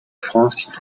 france